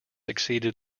exceeded